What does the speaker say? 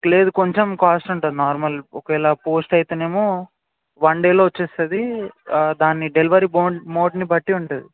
లేదు కొంచెం కాస్ట్ ఉంటుంది నార్మల్ ఒకేలాగా పోస్ట్ అయితే ఏమో వన్ డేలో వస్తుంది దాన్ని డెలివరీ బాండ్ మోడ్ని బట్టి ఉంటుంది